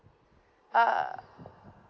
uh